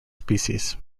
species